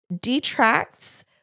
detracts